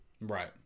Right